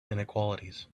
inequalities